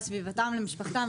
לסביבתם ולמשפחתם.